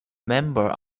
member